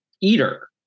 eater